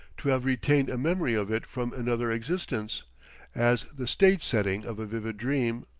to have retained a memory of it from another existence as the stage setting of a vivid dream,